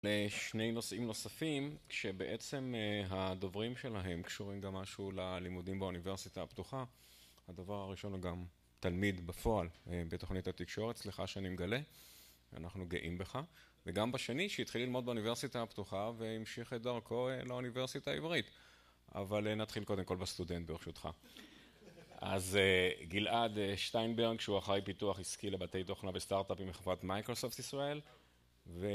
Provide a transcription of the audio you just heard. לשני נושאים נוספים, כשבעצם הדוברים שלהם קשורים גם משהו ללימודים באוניברסיטה הפתוחה. הדובר הראשון הוא גם תלמיד בפועל בתוכנית התקשורת, סליחה שאני מגלה, אנחנו גאים בך, וגם בשני, שהתחיל ללמוד באוניברסיטה הפתוחה והמשיך את דרכו לאוניברסיטה העברית. אבל נתחיל קודם כל בסטודנט, ברשותך. אז גלעד שטיינברג, שהוא אחראי פיתוח עסקי לבתי תוכנה וסטארט-אפים מחברת מייקרוסופס ישראל, ו...